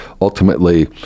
ultimately